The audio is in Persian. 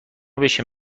بشین